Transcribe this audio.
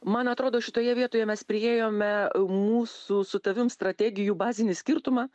man atrodo šitoje vietoje mes priėjome mūsų su tavim strategijų bazinį skirtumą